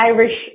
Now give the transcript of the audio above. Irish